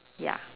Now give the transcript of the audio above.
ya